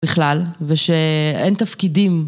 בכלל, ושאין תפקידים